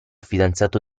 fidanzato